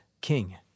king